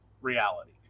reality